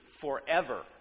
forever